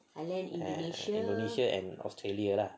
indonesia and australia ah